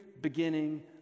beginning